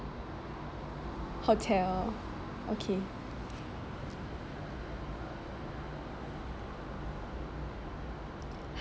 hotel okay